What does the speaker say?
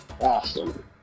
awesome